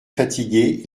fatigué